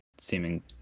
seeming